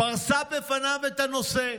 ופרסה בפניו את הנושא.